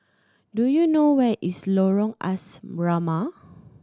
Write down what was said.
do you know where is Lorong Asrama